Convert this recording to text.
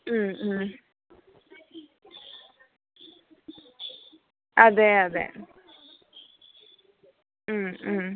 അതെ അതെ